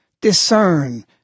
Discern